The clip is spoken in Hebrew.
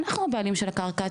אנחנו הבעלים של הקרקע,